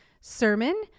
sermon